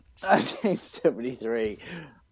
1973